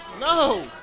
no